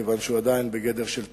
כיוון שהוא עדיין בגדר של טיוטה,